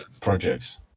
projects